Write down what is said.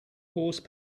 horse